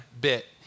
bit